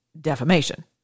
defamation